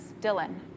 Dylan